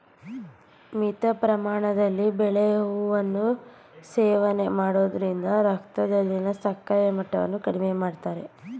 ಮಿತ ಪ್ರಮಾಣದಲ್ಲಿ ಬಾಳೆಹೂವನ್ನು ಸೇವನೆ ಮಾಡೋದ್ರಿಂದ ರಕ್ತದಲ್ಲಿನ ಸಕ್ಕರೆ ಮಟ್ಟವನ್ನ ಕಡಿಮೆ ಮಾಡ್ತದೆ